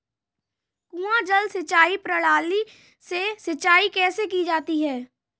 कुआँ जल सिंचाई प्रणाली से सिंचाई कैसे की जाती है?